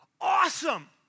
Awesome